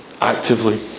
actively